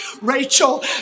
Rachel